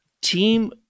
team